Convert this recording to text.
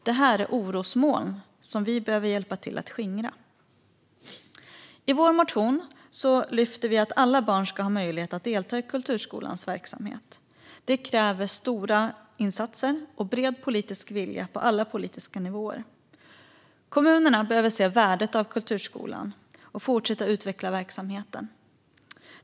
Det här är orosmoln som vi behöver hjälpa till att skingra. I vår motion lyfter vi att alla barn ska ha möjlighet att delta i kulturskolans verksamhet. Det kräver stora insatser och bred politisk vilja på alla politiska nivåer. Kommunerna behöver se värdet av kulturskolan och fortsätta utveckla verksamheten.